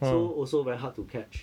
so also very hard to catch